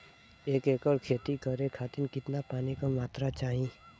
एक एकड़ खेती करे खातिर कितना पानी के मात्रा चाही?